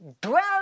Dwell